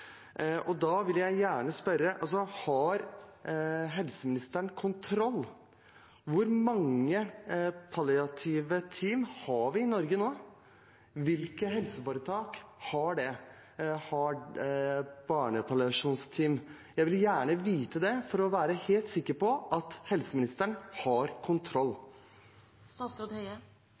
Da vil jeg gjerne spørre: Har helseministeren kontroll? Hvor mange palliative team har vi i Norge nå? Hvilke helseforetak har barnepalliasjonsteam? Jeg vil gjerne vite det for å være helt sikker på at helseministeren har